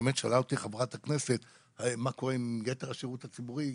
באמת שאלה אותי חברת הכנסת מה קורה עם יתר השירות הציבורי,